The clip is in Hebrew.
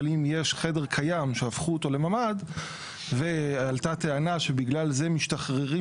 אבל אם יש חדר קיים שהפכו אותו לממ"ד ועלתה הטענה שבגלל זה משתחררים